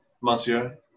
Monsieur